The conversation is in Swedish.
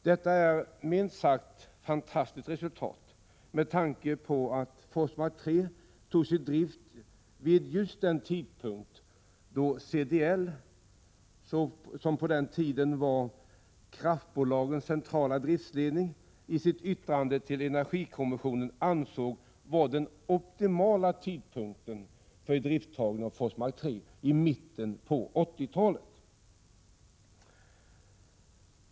Det är ett minst sagt fantastiskt resultat med tanke på att Forsmark 3 togs i drift vid just den tidpunkt som CDL, som på den tiden var kraftbolagens centrala driftsledning, i sitt yttrand&till energikommissionen ansåg vara den optimala tidpunkten, nämligen mitten på 1980-talet.